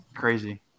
crazy